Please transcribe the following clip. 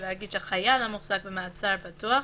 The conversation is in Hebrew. ולהגיד ש"חייל המוחזק במעצר פתוח,